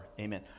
Amen